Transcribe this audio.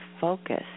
focus